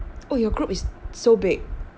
oh your group is so big